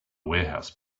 warehouse